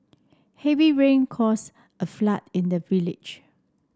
heavy rains caused a flood in the village